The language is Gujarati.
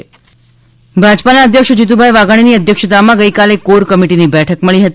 મુખ્યમંત્રી બેઠક ભાજપના અધ્યક્ષ જીતુભાઈ વાઘાણીની અધ્યક્ષતામાં ગઇકાલે કોર કમિટીની બેઠક મળી હતી